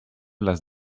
las